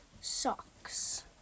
socks